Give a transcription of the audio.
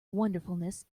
wonderfulness